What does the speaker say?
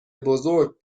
بزرگ